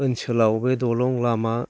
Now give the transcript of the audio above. ओनसोलाव बे दलं लामा